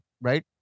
right